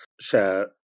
share